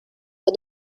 for